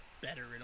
better